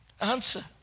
Answer